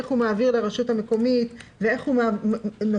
איך הוא מעביר לרשות המקומית ואיך הוא נותן